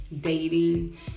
dating